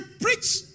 preach